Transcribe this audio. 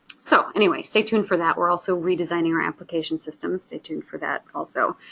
so anyways, stay tuned for that. we're also redesigning our application system, stay tuned for that also.